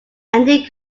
andy